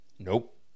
nope